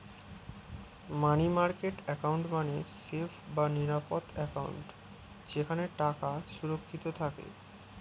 মানি market account মানে safe বা নিরাপদ অ্যাকাউন্ট যেখানে টাকা সুরক্ষিত থাকে